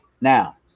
now